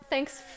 Thanks